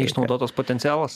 neišnaudotas potencialas